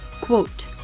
quote